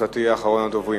אתה תהיה אחרון הדוברים,